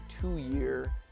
two-year